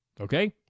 Okay